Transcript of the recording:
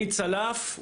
אני צלף,